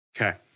okay